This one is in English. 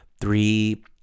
three